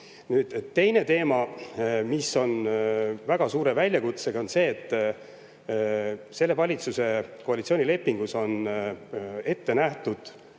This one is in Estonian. Nüüd, teine teema, mis on [seotud] väga suure väljakutsega, on see, et valitsuse koalitsioonilepingus on ette nähtud